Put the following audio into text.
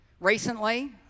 Recently